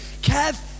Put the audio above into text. Kev